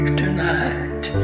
tonight